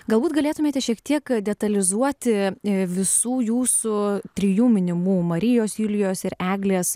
galbūt galėtumėte šiek tiek detalizuoti visų jūsų trijų minimų marijos julijos ir eglės